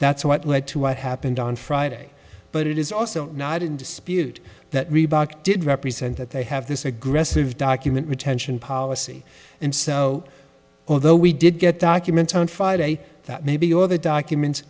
that's what led to what happened on friday but it is also not in dispute that reebok did represent that they have this aggressive document retention policy and so although we did get documents on friday that maybe all the documents